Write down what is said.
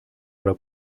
oder